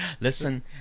Listen